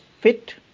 fit